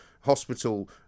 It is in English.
hospital